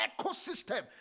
ecosystem